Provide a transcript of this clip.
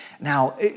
Now